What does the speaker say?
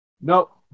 Nope